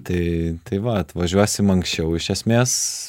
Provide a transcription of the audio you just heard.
tai tai va atvažiuosim anksčiau iš esmės